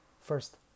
first